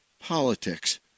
politics